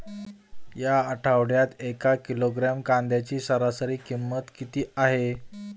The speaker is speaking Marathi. या आठवड्यात एक किलोग्रॅम कांद्याची सरासरी किंमत किती आहे?